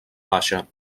baixa